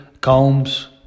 Combs